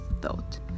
thought